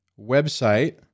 website